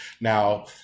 Now